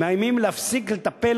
מאיימים להפסיק לטפל,